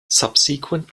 subsequent